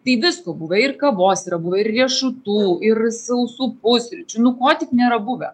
tai visko buvo ir kavos yra buvę ir riešutų ir sausų pusryčių nu ko tik nėra buvę